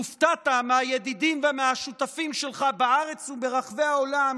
הופתעת מהידידים ומהשותפים שלך בארץ וברחבי העולם